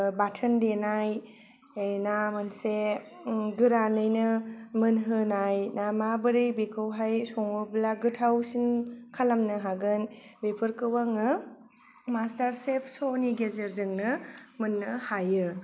बाथोन देनाय ना मोनसे गोरानैनो मोनहोनाय ना माबोरै बेखौहाय सङोब्ला गोथावसिन खालामनो हागोन बेफोरखौ आङो मास्टार सेफ स'नि गेजेरजोंनो मोननो हायो